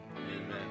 amen